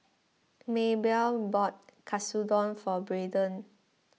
Maebelle bought Katsudon for Braydon